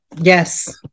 yes